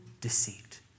deceit